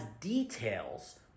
details